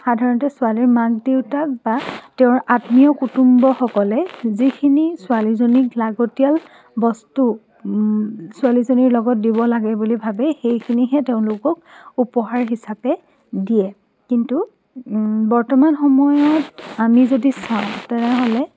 সাধাৰণতে ছোৱালীৰ মাক দেউতাক বা তেওঁৰ আত্মীয় কুটুম্বসকলে যিখিনি ছোৱালীজনীক লাগতীয়াল বস্তু ছোৱালীজনীৰ লগত দিব লাগে বুলি ভাবে সেইখিনিহে তেওঁলোকক উপহাৰ হিচাপে দিয়ে কিন্তু বৰ্তমান সময়ত আমি যদি চাওঁ তেনেহলে